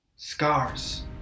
Scars